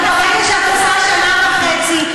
אבל ברגע שאת עושה שנה וחצי,